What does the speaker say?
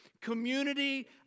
community